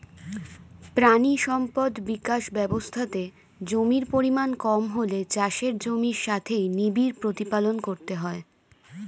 প্রাণী সম্পদ বিকাশ ব্যবস্থাতে জমির পরিমাণ কম হলে চাষের জমির সাথেই নিবিড় প্রতিপালন করতে হয়